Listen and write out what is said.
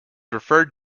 referred